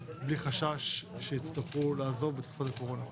בלי חשש שהם יצטרכו לעזוב בתקופת הקורונה.